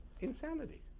insanity